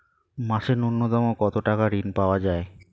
মাসে নূন্যতম কত টাকা ঋণ পাওয়া য়ায়?